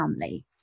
family